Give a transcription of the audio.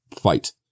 fight